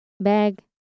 bag